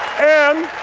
and